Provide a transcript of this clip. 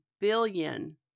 billion